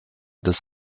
des